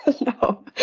No